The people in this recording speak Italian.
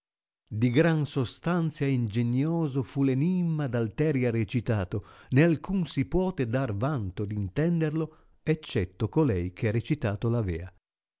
di gran sostanzia e ingenioso fu l enimma d alteria recitato né alcun si puote dar vanto d intenderlo eccetto colei che recitato